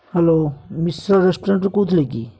hello Mishra ରେଷ୍ଟୁରାଣ୍ଟ୍ରୁ କହିଥିଲେ କି